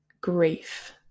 grief